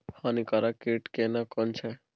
हानिकारक कीट केना कोन छै?